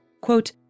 quote